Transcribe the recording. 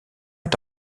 est